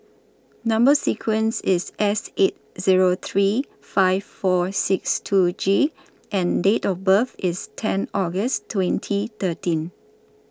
Number sequence IS S eight Zero three five four six two G and Date of birth IS ten August twenty thirteen